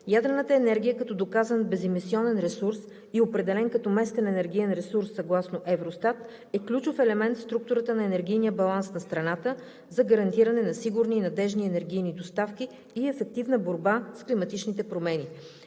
Ядрената енергия, като доказан беземисионен ресурс и определена като местен енергиен ресурс съгласно Евростат, е ключов елемент в структурата на енергийния баланс на страната за гарантиране на сигурни и надеждни енергийни доставки и ефективна борба с климатичните промени.